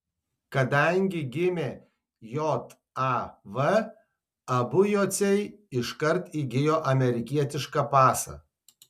kadangi gimė jav abu jociai iškart įgijo amerikietišką pasą